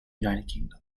united